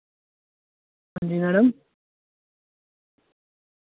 हांजी मैडम